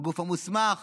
הגוף המוסמך